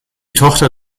tochter